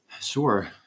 Sure